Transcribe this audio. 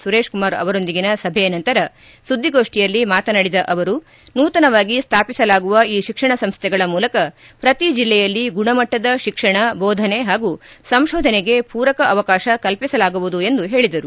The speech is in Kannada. ಸುರೇಶ್ಕುಮಾರ್ ಅವರೊಂದಿಗಿನ ಸಭೆ ನಂತರ ಸುದ್ಗಿಗೋಷ್ಠಿಯಲ್ಲಿ ಮಾತನಾಡಿದ ಅವರು ನೂತನವಾಗಿ ಸ್ಥಾಪಿಸಲಾಗುವ ಈ ಶಿಕ್ಷಣ ಸಂಸ್ಥೆಗಳ ಮೂಲಕ ಪ್ರತಿ ಜಿಲ್ಲೆಯಲ್ಲಿ ಗುಣಮಟ್ಟದ ಶಿಕ್ಷಣ ಬೋಧನೆ ಹಾಗೂ ಸಂಶೋಧನೆಗೆ ಪೂರಕ ಅವಕಾಶ ಕಲ್ಪಿಸಲಾಗುವುದು ಎಂದು ಹೇಳಿದರು